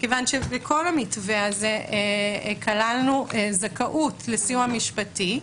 מכיוון שבכל המתווה הזה כללנו זכאות לסיוע משפטי,